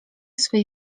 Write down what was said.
swej